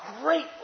great